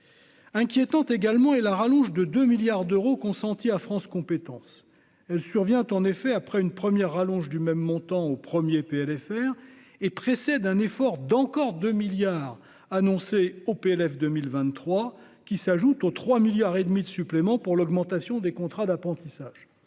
Inquiétante également est la rallonge de 2 milliards d'euros consentie à France compétences. Elle survient en effet après une première rallonge du même montant dans le premier PLFR et précède un effort d'encore 2 milliards d'euros annoncé dans le PLF 2023, qui s'ajoute aux 3,5 milliards d'euros en supplément pour l'augmentation des contrats d'apprentissage.